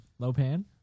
Lopan